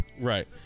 Right